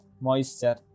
moisture